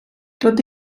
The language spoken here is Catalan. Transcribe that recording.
tot